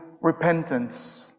repentance